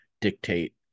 dictate